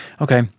Okay